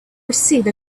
receive